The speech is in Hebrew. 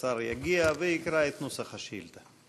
אנחנו נפתח בשאילתות